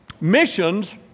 Missions